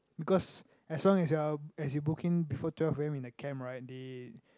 because as long as you are as you book in before twelve a_m in the camp right they